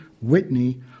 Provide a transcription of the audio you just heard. Whitney